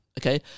okay